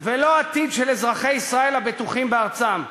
ולא עתיד של אזרחי ישראל הבטוחים בארצם,